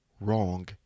wrong